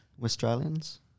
Australians